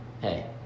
Hey